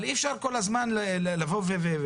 אבל אי אפשר כל הזמן לבוא ולדבר.